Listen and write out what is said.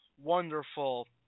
wonderful